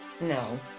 no